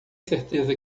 certeza